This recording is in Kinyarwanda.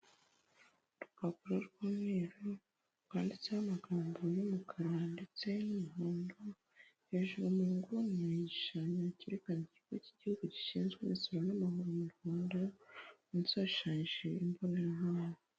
Urupapuro rw'umweru rwanditseho amagambo y'umukara ndetse n'umuhondo hejuru mu nguni hari igishushanyo kerekana ikigo k'igihugu gishinzwe imisoro n'amahoro mu Rwanda munsi hashushanyije imbonerahamwe.